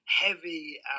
Heavy